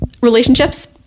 relationships